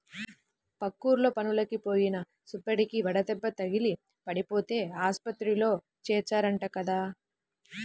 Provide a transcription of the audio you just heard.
పక్కూర్లో పనులకి పోయిన సుబ్బడికి వడదెబ్బ తగిలి పడిపోతే ఆస్పత్రిలో చేర్చారంట కదా